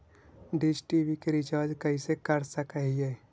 Dish TV के रिचार्ज कैसे कर सक हिय?